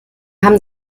haben